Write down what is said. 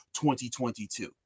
2022